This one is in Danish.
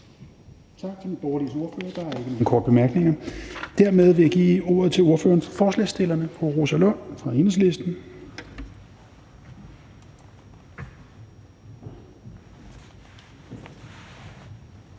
Tak til Nye Borgerliges ordfører. Der er ikke nogen korte bemærkninger. Og dermed vil jeg give ordet til ordføreren for forslagsstillerne, fru Rosa Lund fra Enhedslisten.